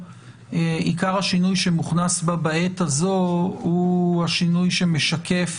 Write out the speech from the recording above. עיקר השינוי שמוכנס בה בעת הזו הוא השינוי שמשקף